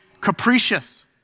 capricious